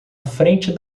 frente